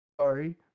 Sorry